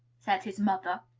said his mother,